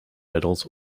medals